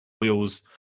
wheels